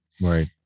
Right